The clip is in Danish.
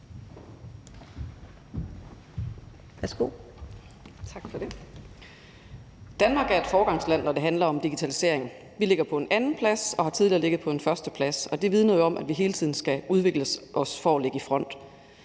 Danmark er et foregangsland, når det handler om digitalisering. Vi ligger på en andenplads og har tidligere ligget på en førsteplads, og det vidner jo om, at vi hele tiden skal udvikle os for at ligge i front.